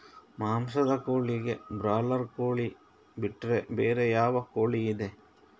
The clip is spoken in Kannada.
ಮಾಂಸದ ಕೋಳಿಗೆ ಬ್ರಾಲರ್ ಕೋಳಿ ಬಿಟ್ರೆ ಬೇರೆ ಯಾವ ಕೋಳಿಯಿದೆ?